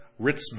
Ritzman